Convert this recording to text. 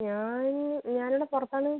ഞാൻ ഞാനിവിടെ പുറത്താണ്